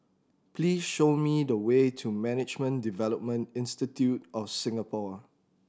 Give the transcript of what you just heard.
please show me the way to Management Development Institute of Singapore